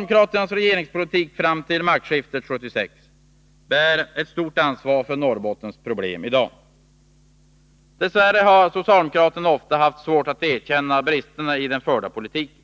Med sin regeringspolitik fram till maktskiftet 1976 bär socialdemokraterna ett stort ansvar för Norrbottens problem i dag. Dess värre har de ofta haft svårt att erkänna bristerna i den förda politiken.